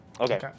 Okay